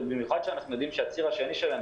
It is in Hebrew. במיוחד שאנחנו יודעים שהציר השני שלהם,